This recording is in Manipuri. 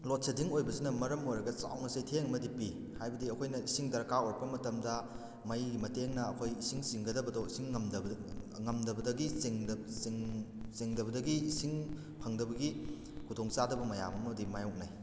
ꯂꯣꯗ ꯁꯦꯗꯤꯡꯁꯤꯅ ꯑꯣꯏꯕꯁꯤꯅ ꯃꯔꯝ ꯑꯣꯏꯔꯒ ꯆꯥꯎꯅ ꯆꯩꯊꯦꯡ ꯑꯃꯗꯤ ꯄꯤ ꯍꯥꯏꯕꯗꯤ ꯑꯩꯈꯣꯏꯅ ꯏꯁꯤꯡ ꯗꯔꯀꯥꯔ ꯑꯣꯏꯔꯛꯄ ꯃꯇꯝꯗ ꯃꯩꯒꯤ ꯃꯇꯦꯡꯅ ꯑꯩꯈꯣꯏ ꯏꯁꯤꯡ ꯆꯤꯡꯒꯗꯕꯗꯣ ꯏꯁꯤꯡ ꯉꯝꯗꯕꯗꯒꯤ ꯆꯤꯡꯗꯕꯗꯒꯤ ꯏꯁꯤꯡ ꯐꯪꯗꯕꯒꯤ ꯈꯨꯗꯣꯡ ꯆꯥꯗꯕ ꯃꯌꯥꯝ ꯑꯃꯗꯤ ꯃꯥꯏꯌꯣꯛꯅꯩ